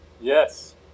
Yes